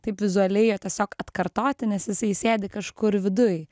taip vizualiai jo tiesiog atkartoti nes jisai sėdi kažkur viduj